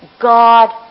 God